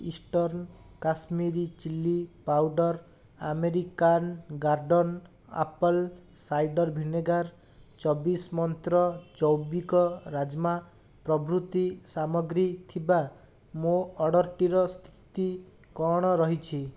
eastern Kashmiri chilli powder American Garden apple cider vinegar ଚବିଶି ମନ୍ତ୍ର ଜୈବିକ ରାଜ୍ମା ପ୍ରଭୃତି ସାମଗ୍ରୀ ଥିବା ମୋ ଅର୍ଡ଼ର୍ଟିର ସ୍ଥିତି କ'ଣ ରହିଛି